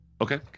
Okay